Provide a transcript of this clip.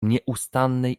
nieustannej